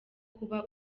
kuba